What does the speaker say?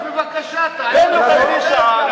תן לו חצי שעה,